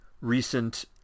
recent